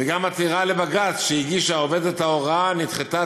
וגם עתירה לבג"ץ שהגישה עובדת הוראה נדחתה,